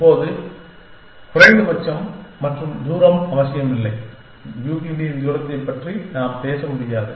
இப்போது குறைந்த பட்சம் மற்றும் தூரம் அவசியமில்லை யூக்ளிடியன் தூரத்தைப் பற்றி நாம் பேச முடியாது